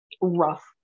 rough